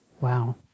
Wow